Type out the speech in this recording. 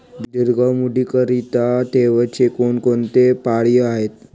दीर्घ मुदतीकरीता ठेवीचे कोणकोणते पर्याय आहेत?